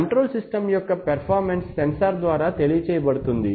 control system యొక్క performance sensor ద్వారా తెలియ చేయ బడుతుంది